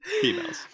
females